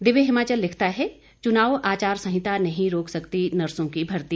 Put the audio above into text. दिव्य हिमाचल लिखता है चुनाव आचार संहिता नहीं रोक सकती नर्सों की भर्ती